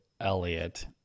Elliot